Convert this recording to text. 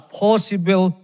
possible